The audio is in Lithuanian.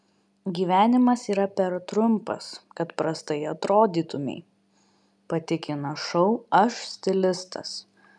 gyvenimas yra per trumpas kad prastai atrodytumei patikina šou aš stilistas